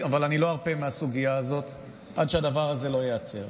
אבל אני לא ארפה מהסוגיה הזאת עד שהדבר הזה לא ייעצר.